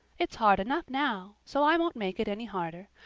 it's hard enough now, so i won't make it any harder.